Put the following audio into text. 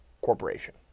corporation